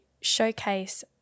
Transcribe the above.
showcase